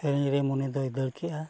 ᱥᱮᱨᱮᱧ ᱨᱮ ᱢᱚᱱᱮ ᱫᱚᱭ ᱫᱟᱹᱲ ᱠᱮᱜᱼᱟ